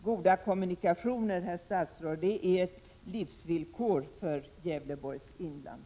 Goda kommunikationer, herr statsråd, det är ett livsvillkor för Gävleborgs inland.